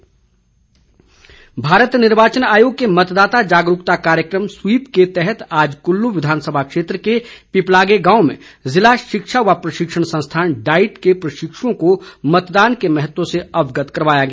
SVEEP कार्यक्रम भारत निर्वाचन आयोग के मतदाता जागरूकता कार्यक्रम स्वीप के तहत आज कुल्लू विधानसभा क्षेत्र के पिपलागे गांव में जिला शिक्षा व प्रशिक्षण संस्थान डाइट के प्रशिक्षुओं को मतदान के महत्व से अवगत करवाया गया